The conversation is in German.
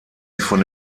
von